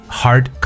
hard